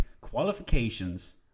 qualifications